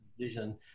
vision